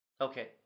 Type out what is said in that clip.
Okay